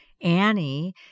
Annie